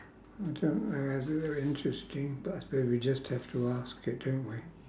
I don't ah as if they're interesting but I suppose we just have to ask it don't we